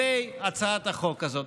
הצעת החוק הזאת.